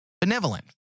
benevolent